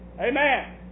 Amen